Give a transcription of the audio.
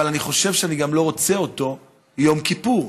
אבל אני חושב שאני גם לא רוצה אותו יום כיפור.